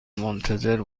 منتظر